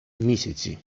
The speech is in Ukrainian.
місяці